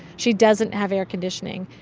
she doesn't have air conditioning.